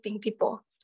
people